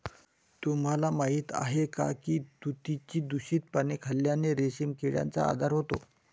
तुम्हाला माहीत आहे का की तुतीची दूषित पाने खाल्ल्याने रेशीम किड्याचा आजार होतो